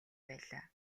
байлаа